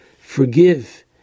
forgive